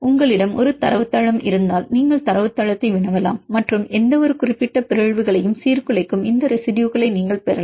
உங்களிடம் ஒரு தரவுத்தளம் இருந்தால் நீங்கள் தரவுத்தளத்தை வினவலாம் மற்றும் எந்தவொரு குறிப்பிட்ட பிறழ்வுகளையும் சீர்குலைக்கும் இந்த ரெசிடுயுகளை நீங்கள் பெறலாம்